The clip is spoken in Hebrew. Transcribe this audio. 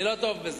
אני לא טוב בזה.